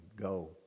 Go